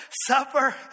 supper